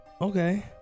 Okay